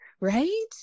Right